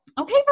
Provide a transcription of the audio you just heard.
Okay